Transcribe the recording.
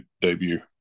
debut